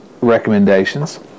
recommendations